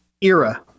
era